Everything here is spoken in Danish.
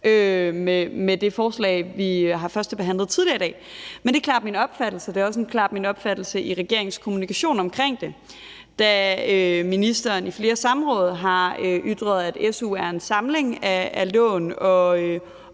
med det forslag, vi har førstebehandlet tidligere i dag. Det er klart min opfattelse, og det er også klart min opfattelse ud fra regeringens kommunikation omkring det, da ministeren i flere samråd har ytret, at su er en samling af lån og